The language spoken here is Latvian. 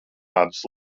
medus